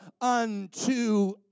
unto